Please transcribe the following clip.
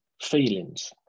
feelings